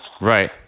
Right